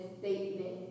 statement